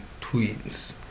tweets